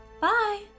Bye